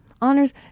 honors